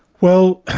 well,